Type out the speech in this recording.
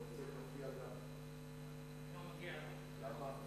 לא מגיע לך.